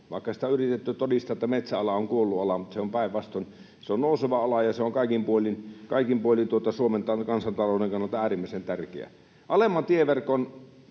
Vaikka on yritetty todistaa, että metsäala on kuollut ala, niin se on päinvastoin: se on nouseva ala, ja se on kaikin puolin Suomen kansantalouden kannalta äärimmäisen tärkeä. Alemman tieverkon